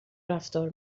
رفتار